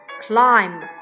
climb